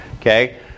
Okay